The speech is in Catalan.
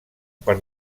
per